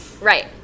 Right